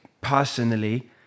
personally